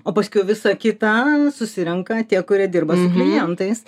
o paskiau visa kita susirenka tie kurie dirba su klientais